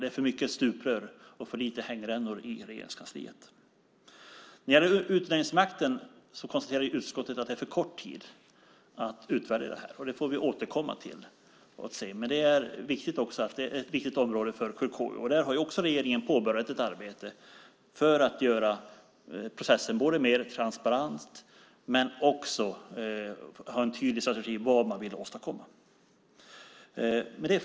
Det är för mycket stuprör och för lite hängrännor i Regeringskansliet. När det gäller utnämningsmakten konstaterar utskottet att det gått för kort tid för att utvärdera den. Det får vi återkomma till. Det är ett viktigt område för KU. Där har också regeringen påbörjat ett arbete för att göra processen mer transparent och också ha en tydlig strategi för vad man vill åstadkomma. Fru talman!